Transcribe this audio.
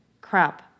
crap